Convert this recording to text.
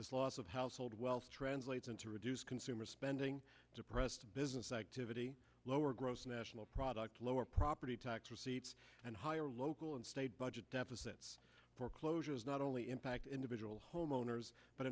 this loss of household wealth translates into reduced consumer spending depressed business activity lower gross national product lower property tax receipts and higher local and state budget deficits foreclosures not only impact individual homeowners but